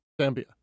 Zambia